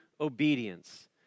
obedience